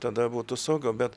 tada būtų saugiau bet